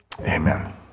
Amen